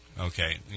okay